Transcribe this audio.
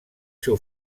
seu